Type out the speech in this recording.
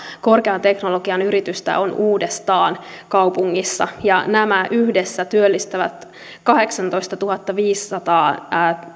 korkean teknologian yritystä on uudestaan kaupungissa ja nämä yhdessä työllistävät kahdeksantoistatuhattaviisisataa